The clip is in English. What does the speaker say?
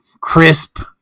crisp